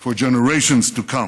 for generations to come.